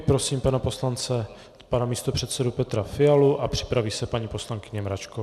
Prosím pana poslance pana místopředsedu Petra Fialu a připraví se paní poslankyně Mračková.